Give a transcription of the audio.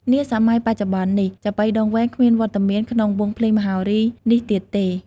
នាសម័យបច្ចុប្បន្ននេះ ចាប៉ីដងវែងគ្មានវត្តមានក្នុងវង់ភ្លេងមហោរីនេះទៀតទេ។